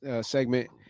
segment